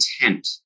intent